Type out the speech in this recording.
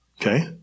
Okay